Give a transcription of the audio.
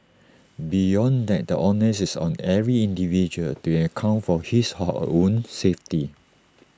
beyond that the onus is on every individual to account for his or her own safety